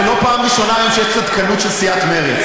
זו לא פעם ראשונה היום שיש צדקנות של סיעת מרצ,